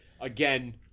again